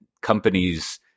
companies